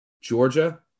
Georgia